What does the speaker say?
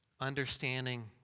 understanding